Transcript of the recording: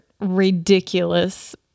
ridiculous